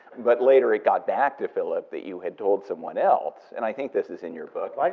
but later it got back to philip that you had told someone else, and i think this is in your book. like